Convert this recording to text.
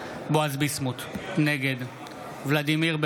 בועז ביסמוט, נגד ולדימיר בליאק,